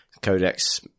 codex